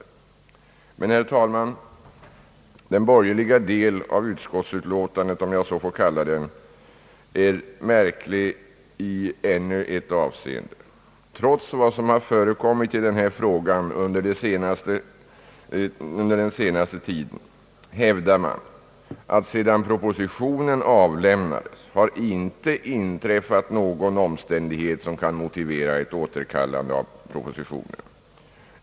Men, herr talman, den borgerliga delen av utskottsutlåtandet — om jag så får kalla den — är märklig i ännu ett avseende. Trots vad som har förekommit i denna fråga under den senaste tiden hävdar man, att det sedan propositionen avlämnades inte har inträf fat någon omständighet som kan motivera ett återkallande av propositionen.